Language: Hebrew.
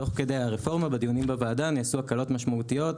תוך כדי הרפורמה דיונים בוועדה נעשו הקלות משמעותיות.